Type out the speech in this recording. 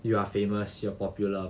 you are famous you are popular